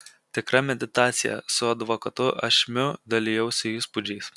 tikra meditacija su advokatu ašmiu dalijausi įspūdžiais